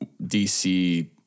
DC